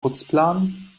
putzplan